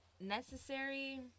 necessary